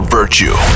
virtue